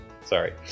Sorry